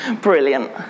brilliant